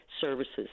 services